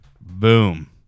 Boom